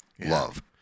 love